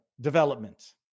development